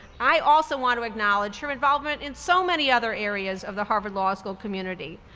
i also want to acknowledge her involvement in so many other areas of the harvard law school community.